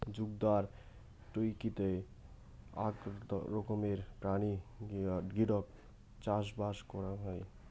জুগদার টিকৌতে আক রকমের প্রাণী গিওডক চাষবাস করাং হউক